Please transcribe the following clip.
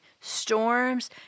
storms